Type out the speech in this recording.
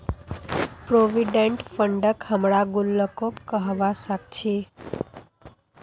provident फंडक हमरा गुल्लको कहबा सखछी